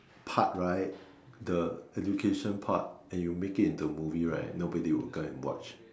part right the education part and you make it into a movie right nobody will go and watch